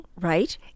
Right